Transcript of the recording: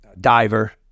diver